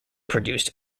produced